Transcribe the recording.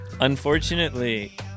Unfortunately